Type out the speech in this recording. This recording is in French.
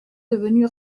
devenue